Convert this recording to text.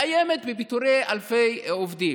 היא מאיימת בפיטורי אלפי עובדים.